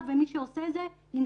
הבוקר היה אדם שכנראה קפץ לרכבת כדי